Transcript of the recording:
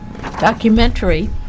documentary